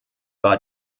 war